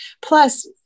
Plus